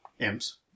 Imps